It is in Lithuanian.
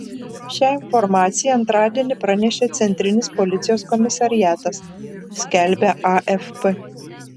šią informaciją antradienį pranešė centrinis policijos komisariatas skelbia afp